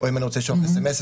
או אם אני רוצה לשלוח סמ"ס,